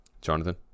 Jonathan